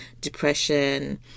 depression